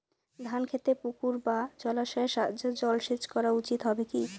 ধান খেতে পুকুর বা জলাশয়ের সাহায্যে জলসেচ করা উচিৎ হবে কি?